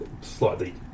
slightly